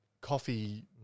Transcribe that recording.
coffee